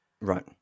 Right